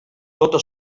tota